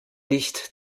nicht